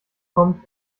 kommt